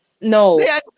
no